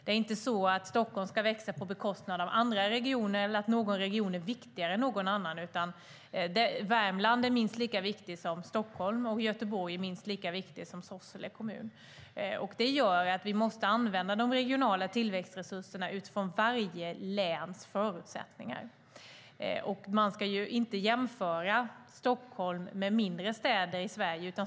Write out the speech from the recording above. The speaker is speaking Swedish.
Det är inte så att Stockholm ska växa på bekostnad av andra regioner eller att någon region är viktigare än någon annan. Värmland är minst lika viktigt som Stockholm, och Göteborg är minst lika viktigt som Sorsele kommun. Det betyder att vi måste använda de regionala tillväxtresurserna utifrån varje läns förutsättningar. Man ska inte jämföra Stockholm med mindre städer i Sverige.